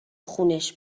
خونش